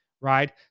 right